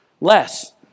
less